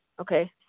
Okay